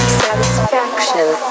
satisfaction